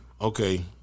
Okay